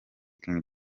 king